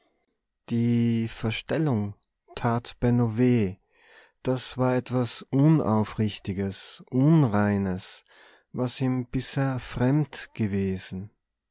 die verstellung tat benno weh das war etwas unaufrichtiges unreines was ihm bisher fremd gewesen